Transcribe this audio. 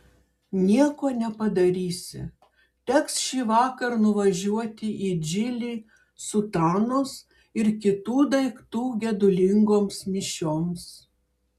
nieko nepadarysi teks šįvakar nuvažiuoti į džilį sutanos ir kitų daiktų gedulingoms mišioms